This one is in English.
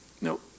Nope